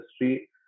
industry